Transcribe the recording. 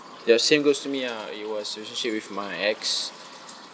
ya same goes to me ah it was relationship with my ex